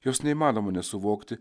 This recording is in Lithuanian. jos neįmanoma nesuvokti